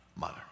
Mother